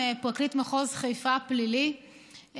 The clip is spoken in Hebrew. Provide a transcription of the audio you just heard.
פרקליט מחוז חיפה פלילי,